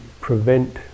prevent